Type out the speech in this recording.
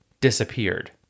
disappeared